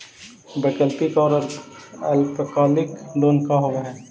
वैकल्पिक और अल्पकालिक लोन का होव हइ?